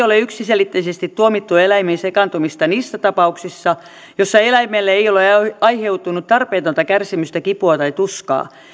ole yksiselitteisesti tuomittu eläimiin sekaantumista niissä tapauksissa joissa eläimelle ei ole aiheutunut tarpeetonta kärsimystä kipua tai tuskaa